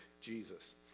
Jesus